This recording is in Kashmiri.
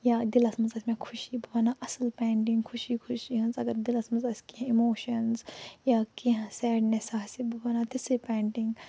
یا دِلَس مَنٛز آسہِ مےٚ خوٚشی بہٕ بَناو اصٕل پینٹِنٛگ خوٚشی خوٚشی ہٕنٛز اگر دِلَس مَنٛز آسہِ کیٚنٛہہ اِموشَنٕز یا کیٚنٛہہ سیڈنٮ۪س آسہِ بہٕ بَناو تِژھٕے پینٹِنٛگ